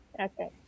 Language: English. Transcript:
Okay